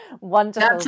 wonderful